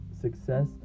success